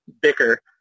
bicker